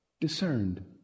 discerned